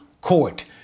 Court